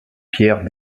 pierre